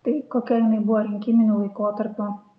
tai kokia jinai buvo rinkiminiu laikotarpiu